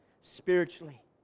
spiritually